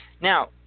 Now